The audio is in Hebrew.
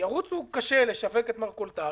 ירוצו קשה לשווק את מרכולתם,